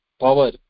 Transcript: power